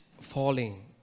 falling